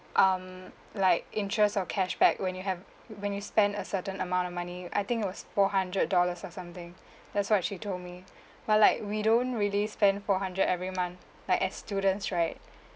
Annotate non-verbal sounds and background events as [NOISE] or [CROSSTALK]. um like interest or cashback when you have when you spend a certain amount of money I think it was four hundred dollars or something [BREATH] that's what she told me [BREATH] but like we don't really spend four hundred every month like as students right [BREATH]